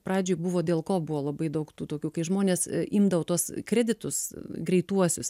pradžioj buvo dėl ko buvo labai daug tų tokių kai žmonės imdavo tuos kreditus greituosius